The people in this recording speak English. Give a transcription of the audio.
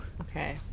Okay